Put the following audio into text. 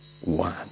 one